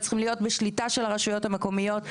צריכים להיות בשליטה של הרשויות המקומיות.